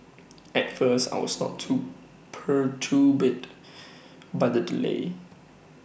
at first I was not too perturbed by the delay